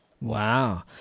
wow